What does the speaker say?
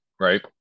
Right